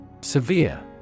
Severe